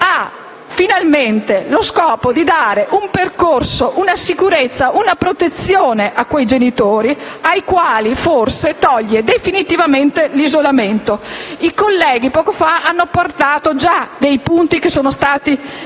ha finalmente lo scopo di dare un percorso, una sicurezza e una protezione a quei genitori ai quali forse toglie definitivamente l'isolamento. I colleghi poco fa hanno già parlato dei punti che sono stati